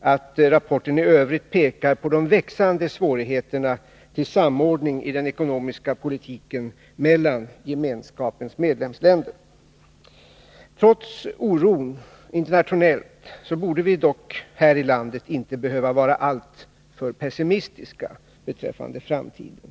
att rapporten i övrigt pekar på de växande svårigheterna att få samordning i den ekonomiska politiken mellan Gemenskapens medlemsländer. Trots oron internationellt borde vi inte här i landet vara alltför pessimistiska beträffande framtiden.